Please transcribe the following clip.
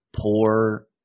poor